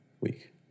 week